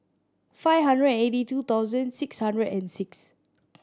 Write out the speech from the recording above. five hundred and eighty two thousand six hundred and six